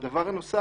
והדבר הנוסף,